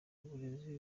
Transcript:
uburezi